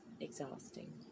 exhausting